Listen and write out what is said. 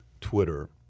Twitter